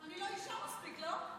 אני לא אישה מספיק, לא?